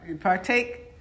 partake